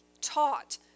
taught